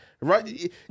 right